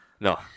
No